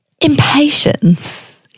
Impatience